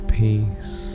peace